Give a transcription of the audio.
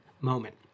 moment